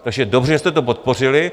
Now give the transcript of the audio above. Takže dobře, že jste to podpořili.